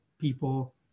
people